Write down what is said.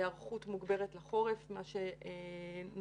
היערכות מוגברת לחורף, מה שנותן